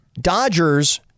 Dodgers